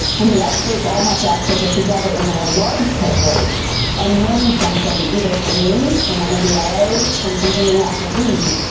and the experts all have to actually get together into a large cohort and learn something either from me, from one of the las, from something they have to read,